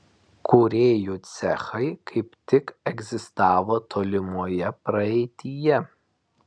kūrėjų cechai kaip tik egzistavo tolimoje praeityje